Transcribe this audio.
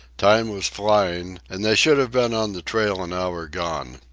time was flying, and they should have been on the trail an hour gone.